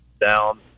down